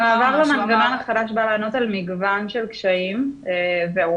המעבר למנגנון החדש בא לענות על מגוון של קשיים והוא